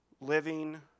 living